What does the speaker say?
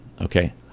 Okay